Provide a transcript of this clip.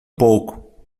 pouco